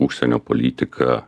užsienio politika